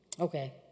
Okay